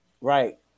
right